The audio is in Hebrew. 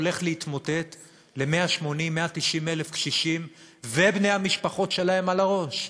הולך להתמוטט ל-190,000-180,000 קשישים ובני המשפחות שלהם על הראש,